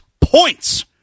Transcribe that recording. points